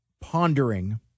pondering